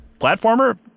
Platformer